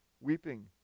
weeping